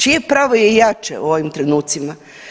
Čije pravo je jače u ovim trenucima?